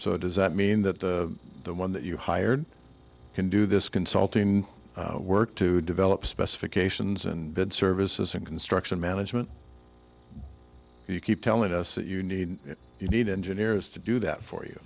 so does that mean that the one that you hired can do this consulting work to develop specifications and bid services and construction management you keep telling us that you need it you need engineers to do that for you